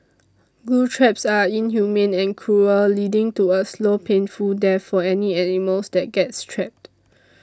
glue traps are inhumane and cruel leading to a slow painful death for any animals that gets trapped